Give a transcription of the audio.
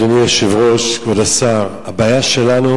אדוני היושב-ראש, כבוד השר, הבעיה שלנו